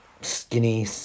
skinny